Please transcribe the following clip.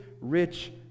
rich